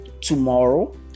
tomorrow